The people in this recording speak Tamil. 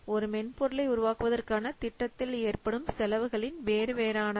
ஒரு மென்பொருளை உருவாக்குவதற்கான திட்டத்தில் ஏற்படும் செலவுகள் வேறு வேறானவை